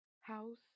House